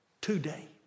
Today